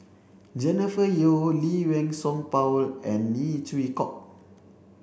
Jennifer Yeo Lee Wei Song Paul and Neo Chwee Kok